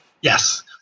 Yes